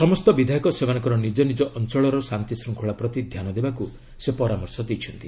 ସମସ୍ତ ବିଧାୟକ ସେମାନଙ୍କର ନିଜ ନିଜ ଅଞ୍ଚଳର ଶାନ୍ତିଶୃଙ୍ଖଳା ପ୍ରତି ଧ୍ୟାନ ଦେବାକୁ ସେ ପରାମର୍ଶ ଦେଇଛନ୍ତି